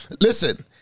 Listen